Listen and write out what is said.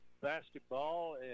Basketball